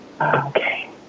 Okay